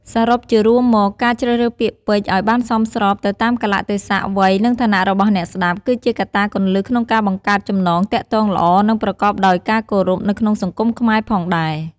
សរុបជារួមមក ការជ្រើសរើសពាក្យពេចន៍ឲ្យបានសមស្របទៅតាមកាលៈទេសៈ វ័យ និងឋានៈរបស់អ្នកស្តាប់ គឺជាកត្តាគន្លឹះក្នុងការបង្កើតចំណងទាក់ទងល្អ និងប្រកបដោយការគោរពនៅក្នុងសង្គមខ្មែរផងដែរ។